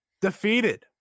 defeated